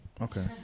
Okay